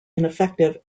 ineffective